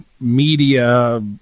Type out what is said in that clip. media